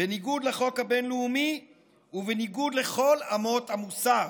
בניגוד לחוק הבין-לאומי ובניגוד לכל אמות המוסר.